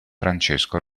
francesco